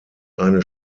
eine